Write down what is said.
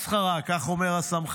מסחרה, כך אומר הסמח"ט.